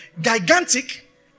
gigantic